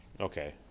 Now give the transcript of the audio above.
Okay